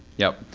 yep.